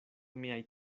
miaj